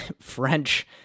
French